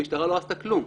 המשטרה לא עשתה כלום.